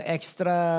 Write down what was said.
Extra